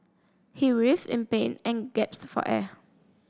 he writhed in pain and gasped for air